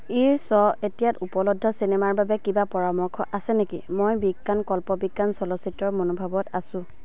ইৰছ এতিয়াত উপলব্ধ চিনেমাৰ বাবে কিবা পৰামৰ্শ আছে নেকি মই বিজ্ঞান কল্পবিজ্ঞান চলচ্চিত্ৰৰ মনোভাৱত আছো